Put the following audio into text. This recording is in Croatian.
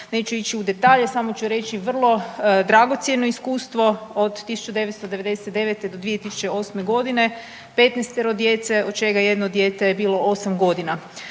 neću ići u detalje samo ću reći vrlo dragocjeno iskustvo, od 1999. do 2008.g. 15-ero djece od čega je jedno dijete bilo 8.g..